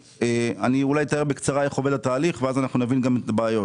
אני אתאר בקצרה איך עובד התהליך ואז אנחנו נבין גם את הבעיות.